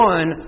One